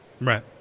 Right